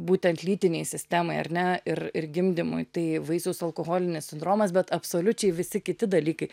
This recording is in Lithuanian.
būtent lytinei sistemai ar ne ir ir gimdymui tai vaisiaus alkoholinis sindromas bet absoliučiai visi kiti dalykai